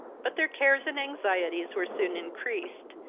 but their cares and anxieties were soon increased,